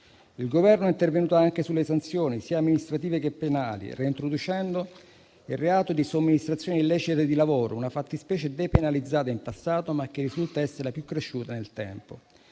Il Governo è intervenuto anche sulle sanzioni, sia amministrative che penali, reintroducendo il reato di somministrazione illecita di lavoro, una fattispecie depenalizzata in passato, ma che risulta essere la più cresciuta nel tempo.